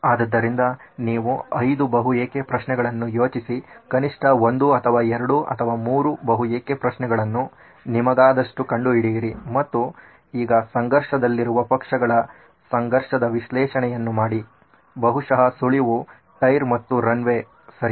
ಆದ್ದರಿಂದ ನೀವು 5 ಬಹು ಏಕೆ ಪ್ರಶ್ನೆಗಳುನ್ನು ಯೋಚಿಸಿ ಕನಿಷ್ಠ 1 ಅಥವಾ 2 ಅಥವಾ 3 ಬಹು ಏಕೆ ಪ್ರಶ್ನೆಗಳನ್ನು ನಿಮಗಾದಷ್ಟು ಕಂಡು ಹಿಡಿಯಿರಿ ಮತ್ತು ಈಗ ಸಂಘರ್ಷದಲ್ಲಿರುವ ಪಕ್ಷಗಳ ಸಂಘರ್ಷದ ವಿಶ್ಲೇಷಣೆಯನ್ನು ಮಾಡಿ ಬಹುಶಃ ಸುಳಿವು ಟೈರ್ ಮತ್ತು ರನ್ ವೇ ಸರಿ